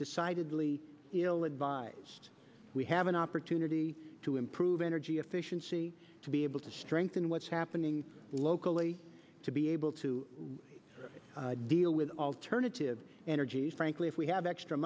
decidedly ill advised we have an opportunity to improve energy efficiency to be able to strengthen what's happening locally to be able to deal with alternative energy frankly if we have extra